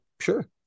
sure